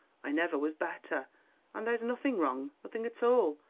i never was better and there's nothing wrong, nothing at all.